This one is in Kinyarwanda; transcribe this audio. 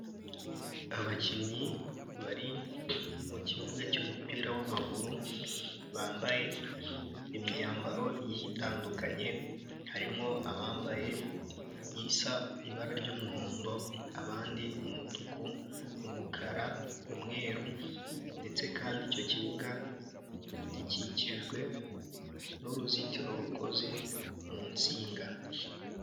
Abakinnyi bari mu kibuga cy'umupira w'amaguru bambaye imyambaro igiye itandukanye, harimo abambaye isa n'ibara ry'umuhondo abandi umutuku, umukara, umweru ndetse kandi icyo kibuga gikikijwe n'uruzitiro rukoze mu nsinga.